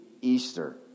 Easter